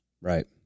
Right